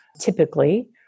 typically